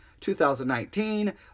2019